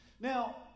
Now